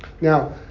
Now